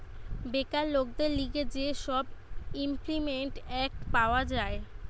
বেকার লোকদের লিগে যে সব ইমল্পিমেন্ট এক্ট পাওয়া যায়